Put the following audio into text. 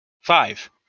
five